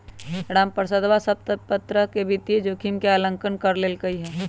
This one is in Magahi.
रामप्रसादवा सब प्तरह के वित्तीय जोखिम के आंकलन कर लेल कई है